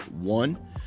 one